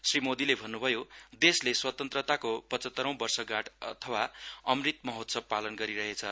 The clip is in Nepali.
श्री मोदीले भन्नुभयो देशले स्वतन्त्रताको पचतरौं वर्ष गाँठ अथवा अमृत माहोत्सव पालन गरिहेछ